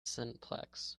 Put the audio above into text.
cineplex